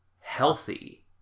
healthy